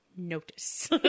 notice